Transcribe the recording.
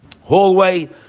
hallway